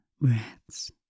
breaths